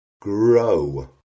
grow